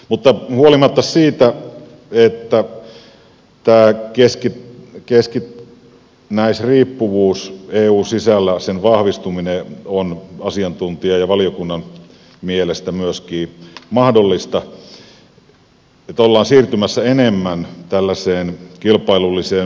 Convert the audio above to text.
mutta huolimatta tästä keskinäisriippuvuuden vahvistumisesta eun sisällä on asiantuntijan ja valiokunnan mielestä myöskin mahdollista että ollaan siirtymässä enemmän tällaiseen kilpailulliseen moninapaisuuteen